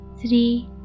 three